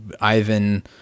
Ivan